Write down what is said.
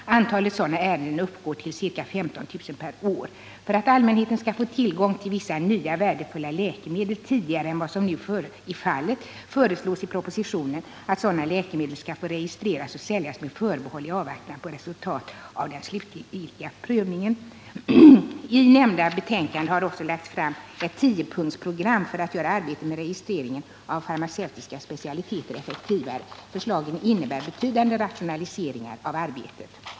Antalet sådana ärenden uppgår till ca 15 000 per år. För att allmänheten skall få tillgång till vissa nya värdefulla läkemedel tidigare än vad som nu är fallet, föreslås i propositionen att sådana läkemedel skall få registreras och säljas med förbehåll i avvaktan på resultatet av den slutliga prövningen. I nämnda betänkande har också lagts fram ett tiopunktsprogram för att göra arbetet med registrering av farmaceutiska specialiteter effektivare. Förslagen innebär betydande rationaliseringar av arbetet.